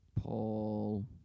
Paul